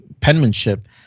penmanship